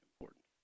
important